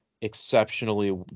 exceptionally